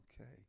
okay